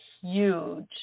huge